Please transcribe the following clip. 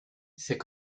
c’est